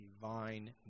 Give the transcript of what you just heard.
divine